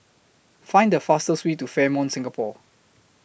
Find The fastest Way to Fairmont Singapore